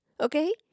okay